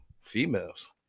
females